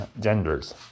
genders